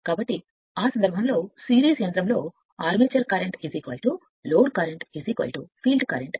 కాబట్టి ఆ సందర్భంలో సిరీస్ యంత్రం కోసం armature current load current field current